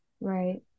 right